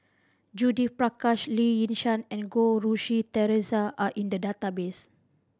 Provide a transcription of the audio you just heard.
Judith Prakash Lee Yi Shyan and Goh Rui Si Theresa are in the database